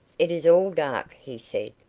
it is all dark, he said.